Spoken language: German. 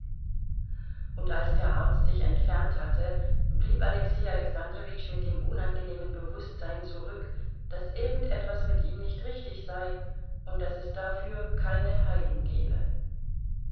und als der arzt sich entfernt hatte blieb alexei alexandrowitsch mit dem unangenehmen bewußtsein zurück daß irgend etwas mit ihm nicht richtig sei und daß es dafür keine heilung gebe